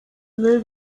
müll